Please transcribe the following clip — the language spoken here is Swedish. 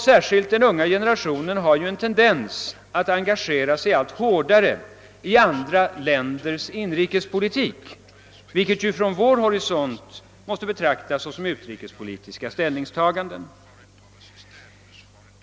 Särskilt den unga generationen har en tendens att engagera sig allt hårdare i andra länders inrikespolitik, vilket från vår horisont måste betraktas som utrikespolitiska ställningstaganden.